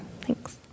Thanks